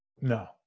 No